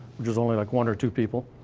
which is only like one or two people.